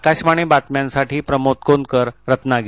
आकाशवाणी बातम्यांसाठी प्रमोद कोनकर रत्नागिरी